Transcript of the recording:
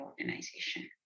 organization